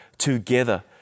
together